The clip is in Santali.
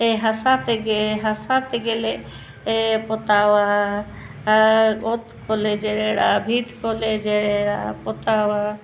ᱦᱟᱥᱟ ᱛᱮᱜᱮ ᱦᱟᱥᱟ ᱛᱮᱜᱮ ᱞᱮ ᱯᱚᱛᱟᱣᱟ ᱚᱛ ᱠᱚᱞᱮ ᱡᱮᱨᱮᱲᱟ ᱵᱷᱤᱛ ᱠᱚᱞᱮ ᱡᱮᱨᱮᱲᱟ ᱯᱚᱛᱟᱣᱟ